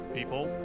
People